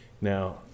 now